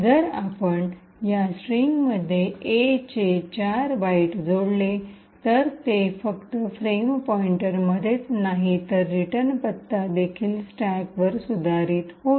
जर आपण या स्ट्रिंगमध्ये A चे आणखी ४बाइट्स जोडले तर ते फक्त फ्रेम पॉईंटरमध्येच नाही तर रिटर्न पत्ता देखील स्टॅकवर सुधारित होईल